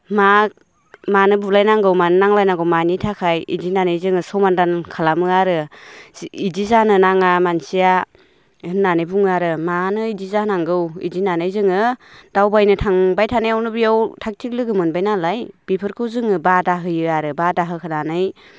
मा मानो बुलाय नांगौ मानो नांज्लाय नांगौ मानि थाखाय बिदि होननानै जोङो समाधान खालामो आरो बिदि जानो नाङा मानसिया होननानै बुङो आरो मानो बिदि जानांगौ बिदि होननानै जोङो दावबायनो थांबाय थानायावनो बेयाव थागथिग लोगो मोनबाय नालाय बेफोरखौ जोङो बादा होयो आरो बादा होखांनानै